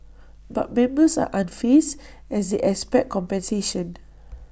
but members are unfazed as IT expect compensation